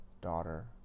daughter